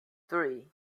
three